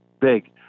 big